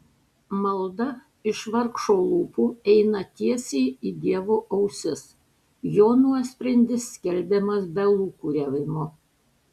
malda iš vargšo lūpų eina tiesiai į dievo ausis jo nuosprendis skelbiamas be lūkuriavimo